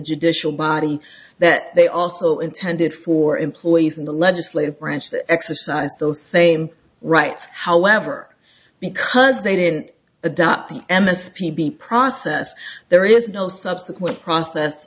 judicial body that they also intended for employees in the legislative branch to exercise those same rights however because they didn't adopt the m s p b process there is no subsequent process